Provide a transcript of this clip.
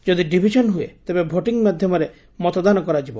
ଯଦି ଡିଭିଜନ୍ ହୁଏ ତେବେ ଭୋଟିଂ ମାଧ୍ୟମରେ ମତଦାନ କରାଯିବ